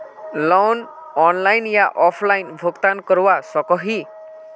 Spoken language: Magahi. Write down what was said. लोन ऑनलाइन या ऑफलाइन भुगतान करवा सकोहो ही?